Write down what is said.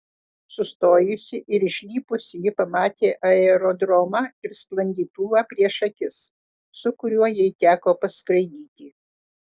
sustojusi ir išlipusi ji pamatė aerodromą ir sklandytuvą prieš akis su kuriuo jai teko paskraidyti